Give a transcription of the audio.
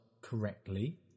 correctly